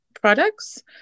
products